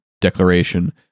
declaration